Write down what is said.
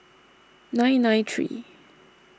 nine nine three